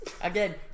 Again